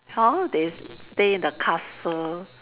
how they stay in the castle